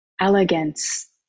elegance